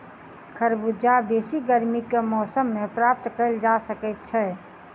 खरबूजा बेसी गर्मी के मौसम मे प्राप्त कयल जा सकैत छै